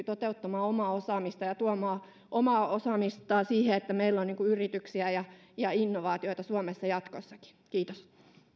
toteuttamaan omaa osaamistaan ja tuomaan omaa osaamistaan siihen että meillä on yrityksiä ja ja innovaatioita suomessa jatkossakin kiitos